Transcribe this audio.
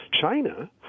China